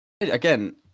again